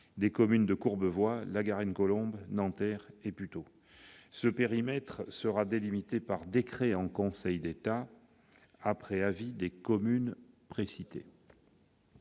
des communes de Courbevoie, La Garenne-Colombes, Nanterre et Puteaux. Ce périmètre sera délimité par décret en Conseil d'État pris après avis des communes précitées.